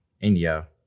India